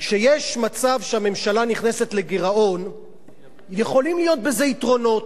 כשיש מצב שהממשלה נכנסת לגירעון יכולים להיות בזה יתרונות.